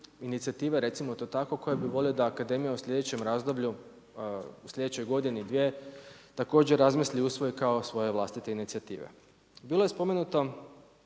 inicijative recimo to tako, koje bi volio da akademija u slijedećem razdoblju, u sljedećoj godini, dvije, također razmisli i usvoji kao svoja vlastita inicijativa. Bilo je spomenuto